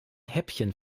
häppchen